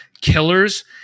killers